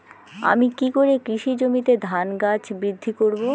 আমি কী করে কৃষি জমিতে ধান গাছ বৃদ্ধি করব?